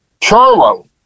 Charlo